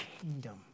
kingdom